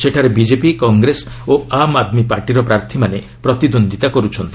ସେଠାରେ ବିଜେପି କଂଗ୍ରେସ ଓ ଆମ୍ ଆଦ୍ମୀ ପାର୍ଟିର ପ୍ରାର୍ଥୀମାନେ ପ୍ରତିଦ୍ୱନ୍ଦ୍ୱିତା କରୁଛନ୍ତି